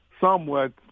somewhat